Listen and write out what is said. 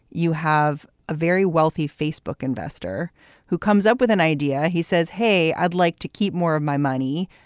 you have a very wealthy facebook investor who comes up with an idea. he says, hey, i'd like to keep more of my money,